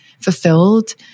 fulfilled